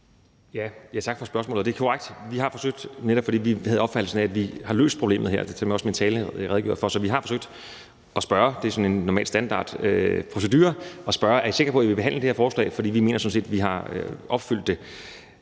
Tak for spørgsmålet. Det er korrekt. Netop fordi vi havde opfattelsen af, at vi har løst problemet her, som jeg også i min tale redegjorde for, så vi har forsøgt – det er sådan en normal standardprocedure – at spørge: Er I sikre på, at I vil behandle det her forslag? For vi mener sådan set, at vi har opfyldt det.